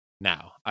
now